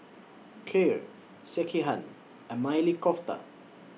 Kheer Sekihan and Maili Kofta